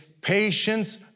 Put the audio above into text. patience